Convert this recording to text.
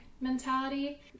mentality